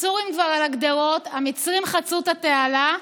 הסורים כבר על הגדרות, המצרים חצו את התעלה,